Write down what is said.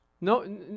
No